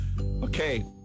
Okay